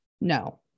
No